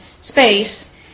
space